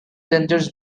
tenders